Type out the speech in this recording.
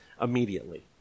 immediately